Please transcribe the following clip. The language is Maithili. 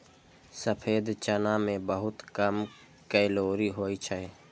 सफेद चना मे बहुत कम कैलोरी होइ छै